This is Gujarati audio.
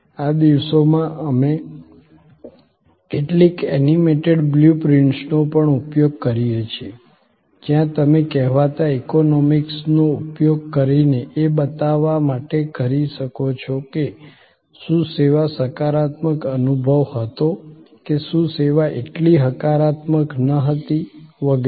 આ દિવસોમાં અમે કેટલીક એનિમેટેડ બ્લુ પ્રિન્ટ્સનો પણ ઉપયોગ કરીએ છીએ જ્યાં તમે કહેવાતા ઇમોટિકોન્સનો ઉપયોગ કરીને એ બતાવવા માટે કરી શકો છો કે શું સેવા સકારાત્મક અનુભવ હતો કે શું સેવા એટલી હકારાત્મક ન હતી વગેરે